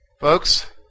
folks